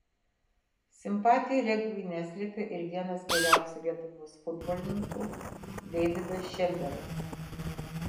simpatijų regbiui neslėpė ir vienas geriausių lietuvos futbolininkų deividas šemberas